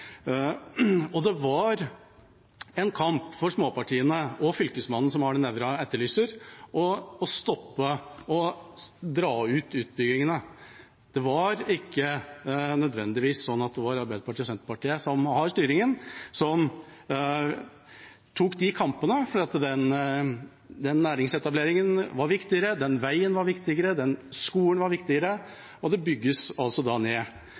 Det var en kamp for småpartiene og Fylkesmannen, som Arne Nævra etterlyser, å stoppe og dra ut utbyggingene. Det var ikke nødvendigvis slik at det var Arbeiderpartiet og Senterpartiet, som har styringen, som tok de kampene, for den næringsetableringen var viktigere, den veien var viktigere, den skolen var viktigere, og det bygges da ned.